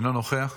אינו נוכח.